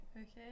okay